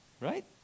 Right